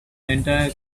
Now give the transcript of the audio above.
entire